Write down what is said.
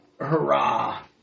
hurrah